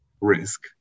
risk